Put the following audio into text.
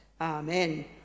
Amen